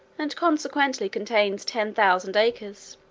and consequently contains ten thousand acres.